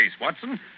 Watson